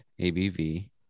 ABV